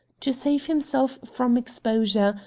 to save himself from exposure,